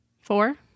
Four